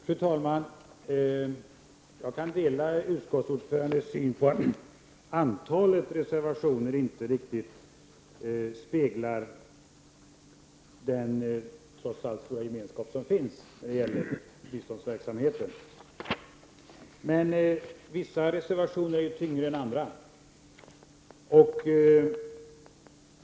Fru talman! Jag kan dela utskottsordförandens mening att antalet reservationer inte riktigt speglar den trots allt stora gemenskap som finns när det gäller biståndsverksamheten. Men vissa reservationer är tyngre än andra.